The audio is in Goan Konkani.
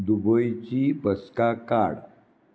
दुबयची बसका काड